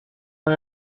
ave